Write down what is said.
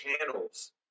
channels